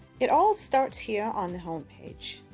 it all starts here on the home page.